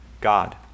God